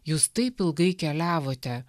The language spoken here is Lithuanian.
jūs taip ilgai keliavote